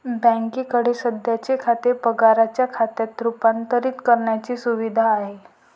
बँकेकडे सध्याचे खाते पगाराच्या खात्यात रूपांतरित करण्याची सुविधा आहे